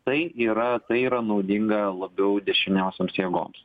tai yra tai yra naudinga labiau dešiniosioms jėgoms